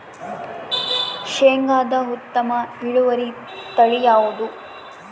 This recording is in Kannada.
ಶೇಂಗಾದ ಉತ್ತಮ ಇಳುವರಿ ತಳಿ ಯಾವುದು?